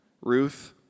Ruth